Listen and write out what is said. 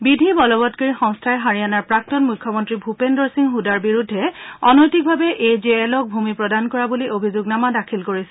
বিধি বলবৎকাৰী সংস্থাই হাৰিয়ানাৰ প্ৰাক্তন মুখ্যমন্ত্ৰী ভূপেন্দৰ সিং হুদাৰ বিৰুদ্ধে অনৈতিকভাৱে এ জে এলক ভূমি প্ৰদান কৰা বুলি অভিযোগনামা দাখিল কৰিছে